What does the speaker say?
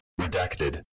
Redacted